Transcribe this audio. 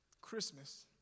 Christmas